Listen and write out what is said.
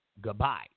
goodbye